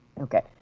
Okay